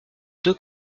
deux